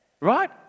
right